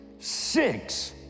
Six